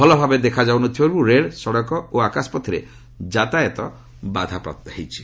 ଭଲଭାବରେ ଦେଖାଯାଉନଥିବାରୁ ରେଳ ସଡ଼କ ଓ ଆକାଶପଥରେ ଯାତାୟାତ ବାଧାପ୍ୱାପ୍ତ ହୋଇଛି